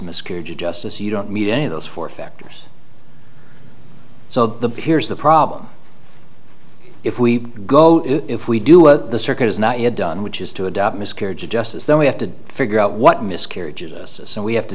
miscarriage of justice you don't need any of those four factors so the here's the problem if we go if we do what the circuit is not yet done which is to adopt miscarriage of justice then we have to figure out what miscarriages so we have to